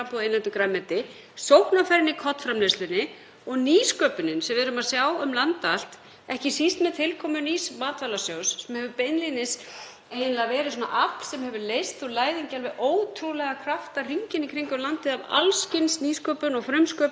beinlínis verið afl sem hefur leyst úr læðingi alveg ótrúlega krafta hringinn í kringum landið af alls kyns nýsköpun og frumsköpun í matvælaframleiðslu. Ég held því að þarna séu ekki bara mikilvæg mál sem varða öryggi okkar og fæðuöryggi heldur líka sóknarfæri,